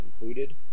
included